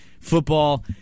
football